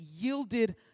yielded